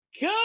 go